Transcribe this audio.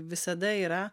visada yra